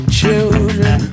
children